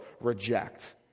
reject